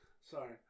Sorry